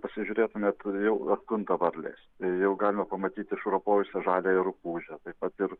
pasižiūrėtumėt jau atkunta varlės jau galima pamatyti išropojusią žaliąją rupūžę taip pat ir